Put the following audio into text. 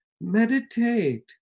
meditate